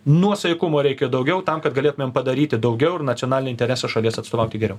nuosaikumo reikia daugiau tam kad galėtumėm padaryti daugiau ir nacionalinį interesą šalies atstovauti geriau